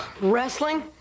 Wrestling